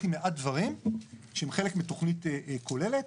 עם מעט דברים שהם חלק מתוכנית כוללת.